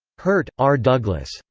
hurt, r. douglas.